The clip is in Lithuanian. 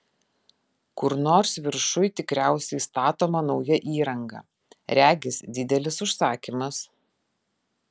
kur nors viršuj tikriausiai statoma nauja įranga regis didelis užsakymas